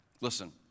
Listen